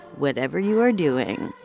whatever you are doing,